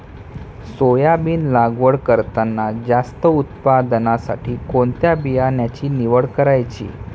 Soybean लागवड करताना जास्त उत्पादनासाठी कोणत्या बियाण्याची निवड करायची?